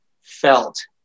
felt